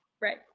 Right